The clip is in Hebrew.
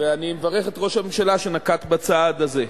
ואני מברך את ראש הממשלה שנקט את הצעד הזה.